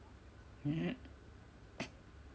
mmhmm